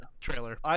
trailer